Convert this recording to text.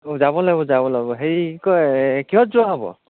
অঁ যাব লাগব যাব লাগব হেৰি কি কয় কিহত যোৱা হ'ব